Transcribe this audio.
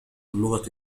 اللغة